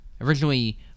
originally